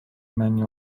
menu